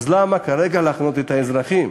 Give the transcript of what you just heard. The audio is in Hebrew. אז למה כרגע לחנוק את האזרחים?